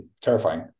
terrifying